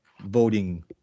voting